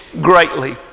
greatly